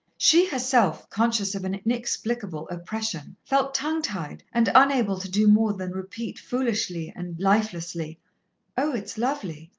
she herself, conscious of an inexplicable oppression, felt tongue-tied, and unable to do more than repeat foolishly and lifelessly oh, it's lovely,